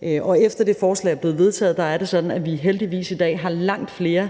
Efter at det forslag er blevet vedtaget, er det sådan, at der i dag heldigvis er langt flere,